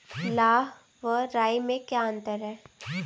लाह व राई में क्या अंतर है?